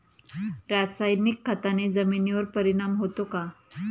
रासायनिक खताने जमिनीवर परिणाम होतो का?